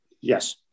Yes